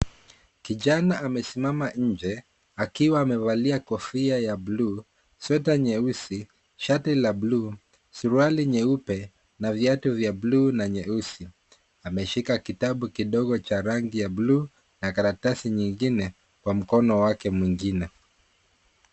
Kijana amesimama nje akiwa amevalia kofia ya buluu, sweta nyeusi, shati la buluu suruali nyeupe na viatu vya buluu na nyeusi. Ameshika kitabu kidogo cha rangi ya buluu na karatasi nyingine kwa mkono wake mwingine.